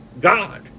God